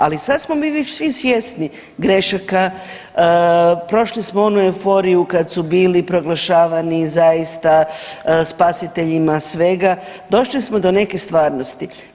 Ali sad smo mi svi svjesni grešaka, prošli smo onu euforiju kad su bili proglašavani zaista spasiteljima svega, došli smo do neke stvarnosti.